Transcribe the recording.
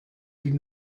die